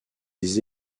des